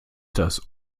das